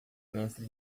mestre